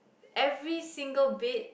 every single bed